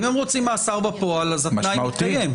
אם הם רוצים מאסר בפועל, התנאי מתקיים.